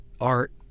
art